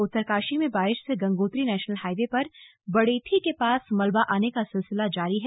उत्तरकाशी में रही बारिश से गंगोत्री नेशनल हाईवे पर बड़ेथी के पास मलबा आने का सिलसिला जारी है